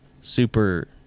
super